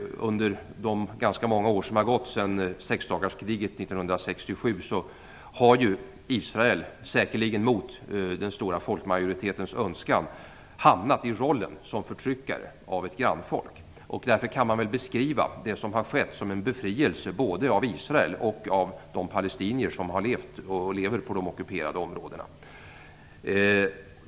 Under de ganska många år som gått sedan sexdagarskriget 1967 har Israel, säkerligen mot den stora folkmajoritetens önskan, hamnat i rollen som förtryckare av ett grannfolk. Därför kan man beskriva det som har skett som en befrielse både av Israel och av de palestinier som har levt och lever på de ockuperade områdena.